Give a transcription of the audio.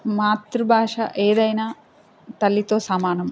మాతృభాష ఏదైనా తల్లితో సమానం